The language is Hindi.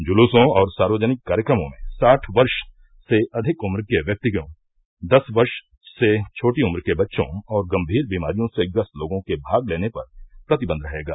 जलुसों और सार्वजनिक कार्यक्रमों में साठ वर्ष से अधिक उम्र के व्यक्तियों दस वर्ष से छोटी उम्र के बच्चों और गम्भीर बीमारियों से ग्रस्त लोगों के भाग लेने पर प्रतिबंध रहेगा